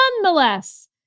Nonetheless